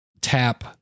Tap